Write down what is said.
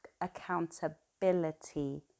accountability